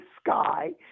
sky